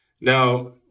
Now